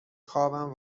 خوابم